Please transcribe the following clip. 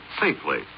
safely